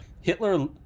Hitler